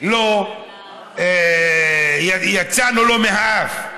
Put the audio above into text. אנחנו יצאנו לו מהאף?